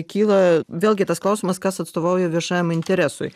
kyla vėlgi tas klausimas kas atstovauja viešajam interesui